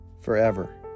forever